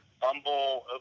Bumble